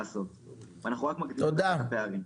וככה אנחנו רק מגדילים את הפערים.